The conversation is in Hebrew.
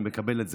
אני מקבל את זה,